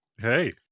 Hey